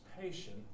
patient